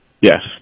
Yes